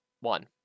one